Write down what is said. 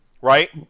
right